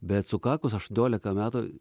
bet sukakus aštuoniolika metų